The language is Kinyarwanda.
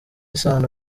isano